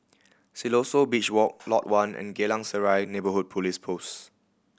Siloso Beach Walk Lot One and Geylang Serai Neighbourhood Police Post